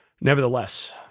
Nevertheless